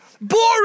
Boring